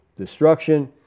destruction